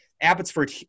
Abbotsford